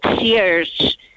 years